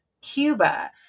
Cuba